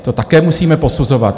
To také musíme posuzovat.